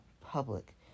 public